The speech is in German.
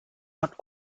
man